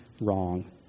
wrong